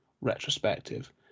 retrospective